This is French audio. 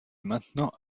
maintenant